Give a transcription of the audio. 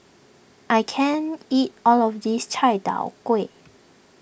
I can't eat all of this Chai Tow Kway